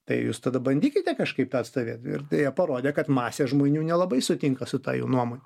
tai jūs tada bandykite kažkaip tą atstovėt ir tai jie parodė kad masė žmonių nelabai sutinka su ta jų nuomone